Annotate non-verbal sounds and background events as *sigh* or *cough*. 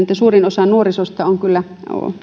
*unintelligible* että suurin osa nuorisosta on kyllä